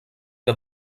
que